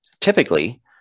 Typically